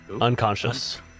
Unconscious